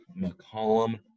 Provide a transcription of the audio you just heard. McCollum